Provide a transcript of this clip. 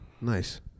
Nice